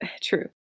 True